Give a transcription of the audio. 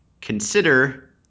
consider